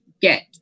get